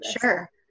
Sure